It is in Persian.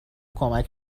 کمک